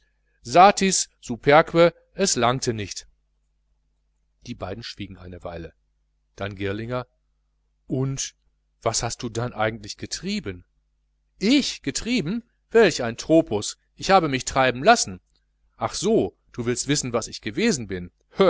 satis superque es langte nicht die beiden schwiegen eine weile dann girlinger und was hast du dann eigentlich getrieben ich getrieben welch ein tropus ich habe mich treiben lassen ach so du willst wissen was ich gewesen bin